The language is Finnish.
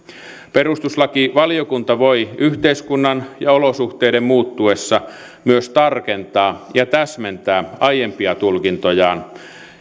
perustuslakivaliokunta voi yhteiskunnan ja olosuhteiden muuttuessa myös tarkentaa ja täsmentää aiempia tulkintojaan